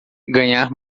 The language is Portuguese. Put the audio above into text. ganhar